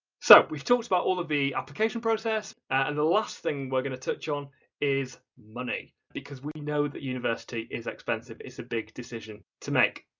so we've talked about all of the application process and the last thing we're going to touch on is money because we know that university is expensive, it's a big decision to make.